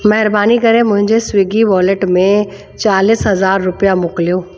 महिरबानी करे मुंहिंजे स्विग्गी वॉलेट में चालीस हज़ार रुपिया मोकिलियो